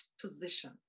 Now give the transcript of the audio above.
position